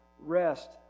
rest